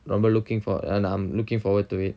ரொம்ப:romba looking forward and I'm looking forward to it